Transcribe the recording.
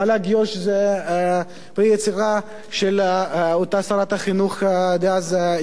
מל"ג יו"ש זה פרי יצירה של אותה שרת חינוך דאז,